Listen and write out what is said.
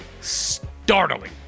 startling